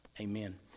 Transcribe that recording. Amen